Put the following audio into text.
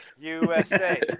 USA